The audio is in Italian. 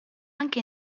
anche